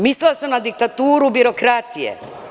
Mislila sam na diktaturu birokratije.